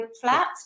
flat